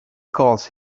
calls